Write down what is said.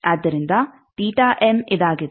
ಆದ್ದರಿಂದ ಇದಾಗಿದೆ